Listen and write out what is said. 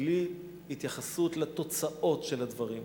בלי התייחסות לתוצאות של הדברים.